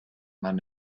mann